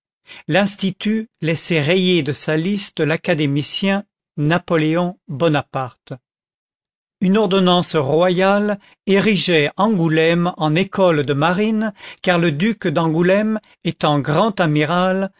l'institut laissait rayer de sa liste l'académicien napoléon bonaparte une ordonnance royale érigeait angoulême en école de marine car le duc d'angoulême étant grand amiral